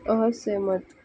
असहमत